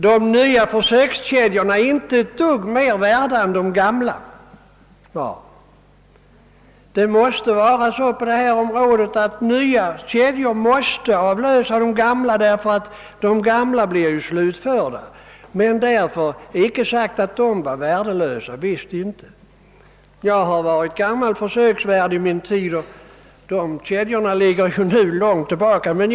De nya försökskedjorna är inte ett dugg mer värda än de gamla var. Det måste vara så på detta område att nya kedjor måste avlösa de gamla, ty uppgifterna för de gamla kedjorna blir slutförda, men därmed är icke sagt att de var värdelösa. Jag har själv tidigare varit försöksvärd, och de kedjorna ligger nu långt tillbaka i tiden.